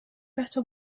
better